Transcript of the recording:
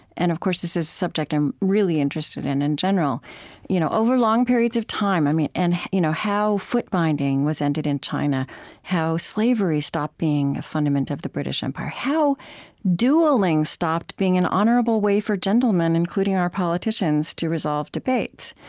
and of course, this is a subject i'm really interested in, in general you know over long periods of time, yeah and you know how foot-binding was ended in china how slavery stopped being a fundament of the british empire how dueling stopped being an honorable way for gentlemen, including our politicians, to resolve debates.